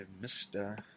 Mr